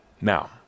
Now